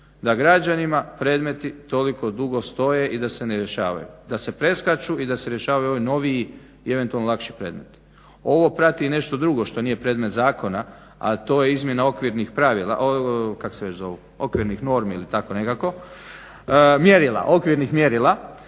da građanima predmeti toliko dugo stoje i da se ne rješavaju, da se preskaču i da se rješavaju ovi noviji i eventualno lakši predmeti. Ovo prati i nešto drugo što nije predmet zakona, a to je izmjena okvirnih kako se već zovu okvirnih normi ili tako nekako, okvirnih mjerila